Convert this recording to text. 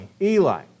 Eli